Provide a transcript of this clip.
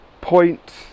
point